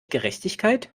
gerechtigkeit